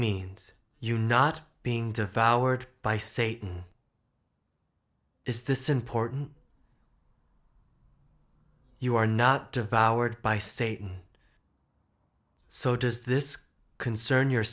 means you not being devoured by satan is this important you are not devoured by satan so does this concern your